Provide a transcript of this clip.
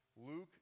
Luke